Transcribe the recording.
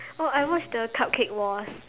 oh I watch the cupcake wars